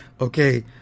Okay